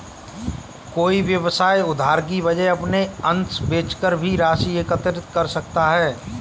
कोई व्यवसाय उधार की वजह अपने अंश बेचकर भी राशि एकत्रित कर सकता है